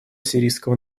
сирийского